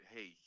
Hey